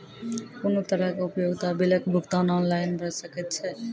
कुनू तरहक उपयोगिता बिलक भुगतान ऑनलाइन भऽ सकैत छै?